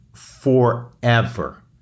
Forever